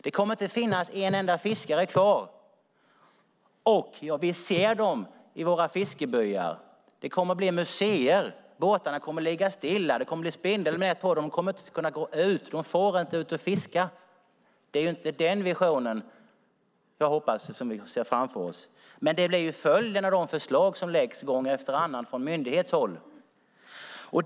Det kommer inte att finnas en enda fiskare kvar, och jag vill se dem i våra fiskebyar. Det kommer att bli museer. Båtarna kommer att ligga stilla. Det kommer att bli spindelnät på dem. De kommer inte att kunna gå ut. De får inte gå ut och fiska. Det är inte den visionen som jag hoppas att vi får se framför oss, men det blir följden av de förslag som läggs fram gång efter annan från myndighetshåll.